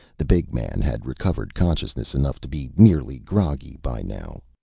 the big man had recovered consciousness enough to be merely groggy by now.